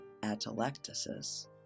atelectasis